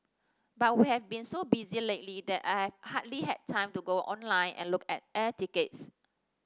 but we have been so busy lately that I've hardly had time to go online and look at air tickets